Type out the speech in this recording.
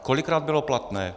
Kolikrát bylo platné?